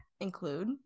include